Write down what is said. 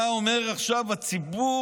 אתה אומר עכשיו: הציבור